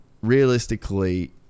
realistically